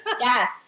Yes